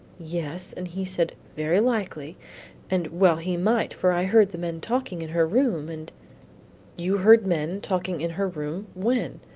yes, and he said, very likely and well he might, for i heard the men talking in her room, and you heard men talking in her room when?